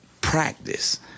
practice